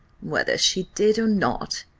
whether she did or not,